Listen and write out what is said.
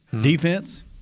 Defense